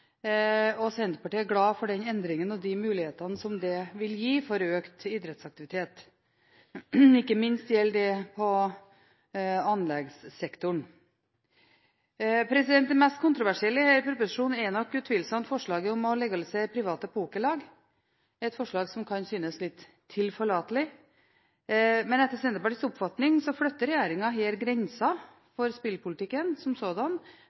Senterpartiet er glad for denne endringen og de mulighetene den vil gi for økt idrettsaktivitet, ikke minst på anleggssektoren. Det mest kontroversielle i denne proposisjonen er nok utvilsomt forslaget om å legalisere private pokerlag, et forslag som kan synes litt tilforlatelig. Men etter Senterpartiets oppfatning flytter regjeringen her grensene for spillpolitikken som sådan